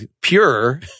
pure